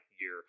year